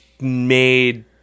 made